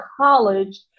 college